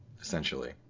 essentially